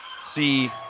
see